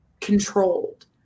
controlled